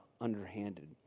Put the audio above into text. underhanded